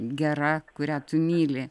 gera kurią tu myli